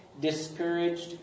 discouraged